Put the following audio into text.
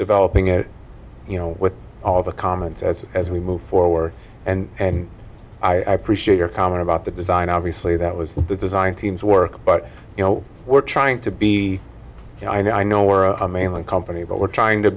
developing it you know with all the comments as as we move forward and i appreciate your comment about the design obviously that was the design teams work but you know we're trying to be you know i know i know we're a mainland company but we're trying to